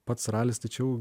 pats ralis tai čia jau